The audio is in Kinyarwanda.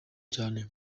cyane